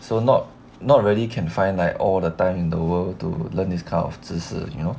so not not really can find like all the time in the world to learn this kind of 知识 you know